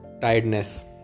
tiredness